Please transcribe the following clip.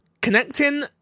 Connecting